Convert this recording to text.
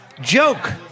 joke